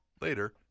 Later